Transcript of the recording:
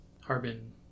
Harbin